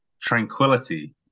tranquility